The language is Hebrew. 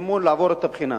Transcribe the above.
זימון לעבור את הבחינה?